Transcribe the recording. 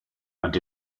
and